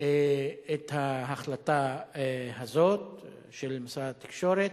את ההחלטה הזאת של משרד התקשורת.